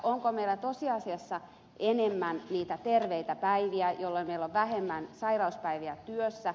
onko meillä tosiasiassa enemmän niitä terveitä päiviä jolloin meillä on vähemmän sairauspäiviä työssä